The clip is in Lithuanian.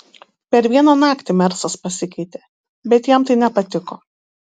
per vieną naktį mersas pasikeitė bet jam tai nepatiko